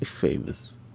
Famous